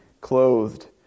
clothed